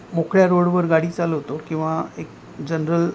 मोकळ्या रोडवर गाडी चालवतो किंवा एक जनरल